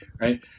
Right